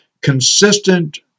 consistent